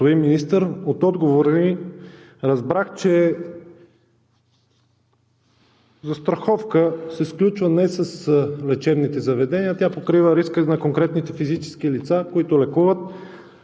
Министър, от отговора Ви разбрах, че застраховка се сключва не с лечебните заведения, а тя покрива риска на конкретните физически лица, които лекуват